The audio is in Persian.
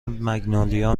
مگنولیا